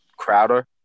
Crowder